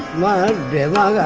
la yeah la